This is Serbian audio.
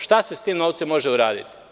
Šta se sa tim novcem može uraditi?